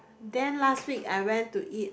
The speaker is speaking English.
then last week I went to eat